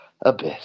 Abyss